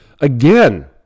again